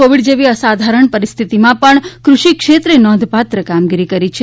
Covid જેવી અસાધારણ પરિસ્થિતિમાં પણ ક્રષિ ક્ષેત્રે નોંધપાત્ર કામગીરી કરી છે